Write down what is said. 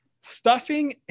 stuffing